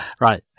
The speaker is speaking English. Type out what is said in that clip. Right